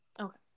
Okay